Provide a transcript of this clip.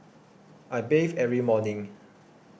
I bathe every morning